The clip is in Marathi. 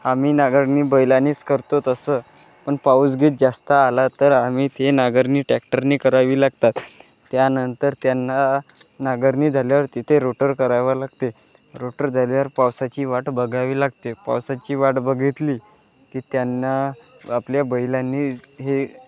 आम्ही नांगरणी बैलानीच करतो तसं पण पाऊसगीत जास्त आला तर आम्ही ती नांगरणी टॅक्टरनी करावी लागतात त्यानंतर त्यांना नांगरणी झाल्यावर तिथे रोटर करावं लागते रोटर झाल्यावर पावसाची वाट बघावी लागते पावसाची वाट बघितली की त्यांना आपल्या बैलांनीच हे